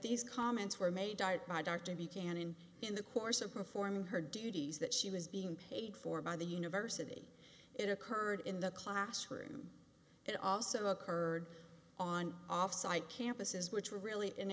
these comments were made by my doctor began in in the course of performing her duties that she was being paid for by the university it occurred in the classroom it also occurred on offsite campuses which were really an